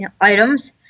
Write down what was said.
items